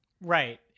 Right